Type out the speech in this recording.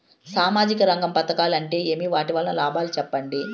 సామాజిక రంగం పథకాలు అంటే ఏమి? వాటి వలన లాభాలు సెప్పండి?